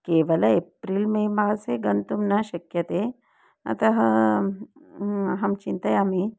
केवल April May मासे गन्तुं न शक्यते अतः अहं चिन्तयामि